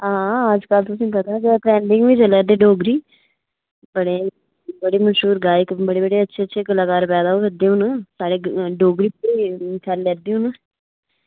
आं अज्जकल तुसेंगी पता गै ट्रैंडिंग चला दे डोगरी बड़े मशहूर गायक न बड़े बड़े अच्छे कलाकार जडादै ओह् करदे न साढ़े इत्थें दे न